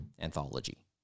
anthology